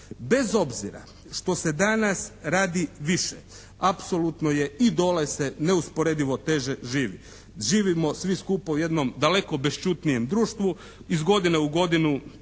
Bez obzira što se danas radi više, apsolutno je i dole se neusporedivo teže živi. Živimo svi skupa u jednom daleko bešćutnijem društvu, iz godine u godinu